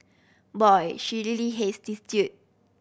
boy she really hates this due